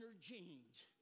jeans